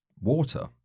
water